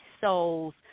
souls